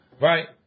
right